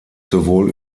sowohl